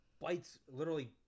bites—literally